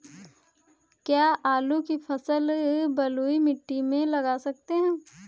क्या आलू की फसल बलुई मिट्टी में लगा सकते हैं?